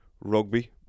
rugby